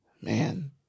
man